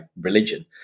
religion